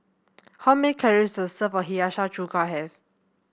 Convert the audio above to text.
how many calories does a serve of Hiyashi Chuka have